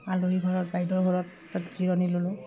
আলহিৰ ঘৰত বাইদেউ ঘৰত তাত জিৰণি ল'লোঁ